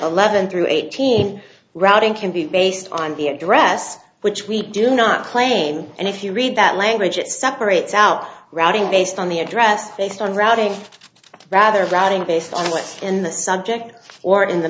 eleven through eighteen routing can be based on the address which we do not claim and if you read that language it separates out routing based on the address based on routing rather browsing based on what's in the subject or in the